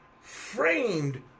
framed